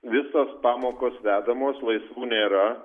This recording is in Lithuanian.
visos pamokos vedamos laisvų nėra